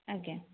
ଆଜ୍ଞା